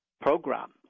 program